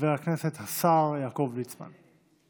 חבר הכנסת השר יעקב ליצמן.